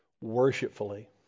worshipfully